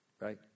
right